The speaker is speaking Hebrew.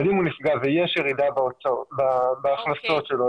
אבל אם הוא נפגע ויש ירידה בהכנסות שלו,